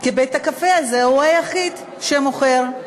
כי בית-הקפה הזה הוא היחיד שמוכר.